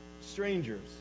strangers